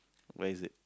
where's it